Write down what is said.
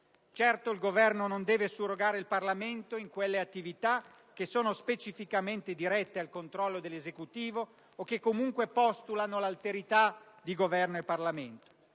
Certo, il Governo non deve surrogare il Parlamento in quelle attività che sono specificamente dirette al controllo dell'Esecutivo o che comunque postulano l'alterità di Governo e Parlamento.